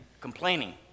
complaining